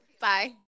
Bye